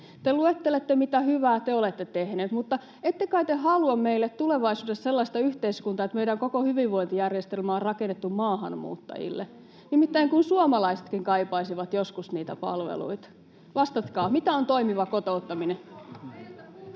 Te luettelette, mitä hyvää te olette tehneet, mutta ette kai te halua meille tulevaisuudessa sellaista yhteiskuntaa, että meidän koko hyvinvointijärjestelmä on rakennettu maahanmuuttajille? Nimittäin suomalaisetkin kaipaisivat joskus niitä palveluita. Vastatkaa: mitä on toimiva kotouttaminen?